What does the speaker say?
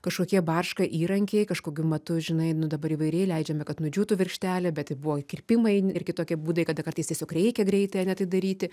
kažkokie barška įrankiai kažkokiu matu žinai nu dabar įvairiai leidžiami kad nudžiūtų virkštelė bet buvo kirpimai ir kitokie būdai kada kartais tiesiog reikia greitai ane tai daryti